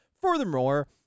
Furthermore